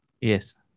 Yes